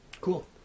cool